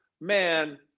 man